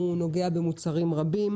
הוא נוגע במוצרים רבים,